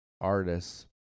artists